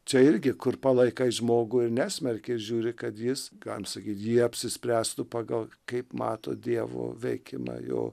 čia irgi kur palaikai žmogų ir nesmerki ir žiūri kad jis galim sakyt jie apsispręstų pagal kaip mato dievo veikimą jo